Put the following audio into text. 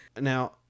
Now